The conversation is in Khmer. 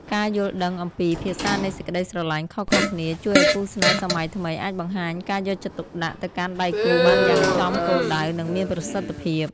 ការយល់ដឹងអំពី «ភាសានៃសេចក្ដីស្រឡាញ់» ខុសៗគ្នា ជួយឱ្យគូស្នេហ៍សម័យថ្មីអាចបង្ហាញការយកចិត្តទុកដាក់ទៅកាន់ដៃគូបានយ៉ាងចំគោលដៅ និងមានប្រសិទ្ធភាព។